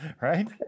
right